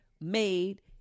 made